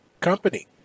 company